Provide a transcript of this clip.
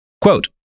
quote